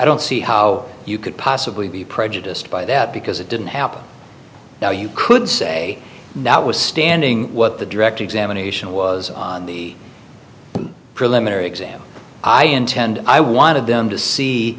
don't see how you could possibly be prejudiced by that because it didn't happen now you could say that was standing what the direct examination was on the preliminary exam i intend i wanted them to see